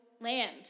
land